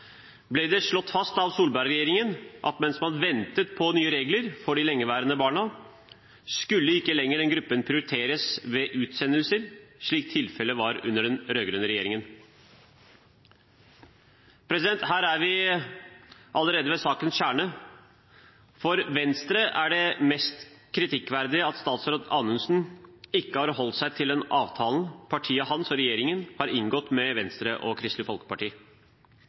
ble det slått fast av Solberg-regjeringen at mens man ventet på nye regler for de lengeværende barna, skulle ikke lenger den gruppen prioriteres ved utsendelser, slik tilfellet var under den rød-grønne regjeringen. Her er vi allerede ved sakens kjerne. For Venstre er det mest kritikkverdige at statsråd Anundsen ikke har holdt seg til den avtalen partiet hans og regjeringen har inngått med Venstre og Kristelig Folkeparti.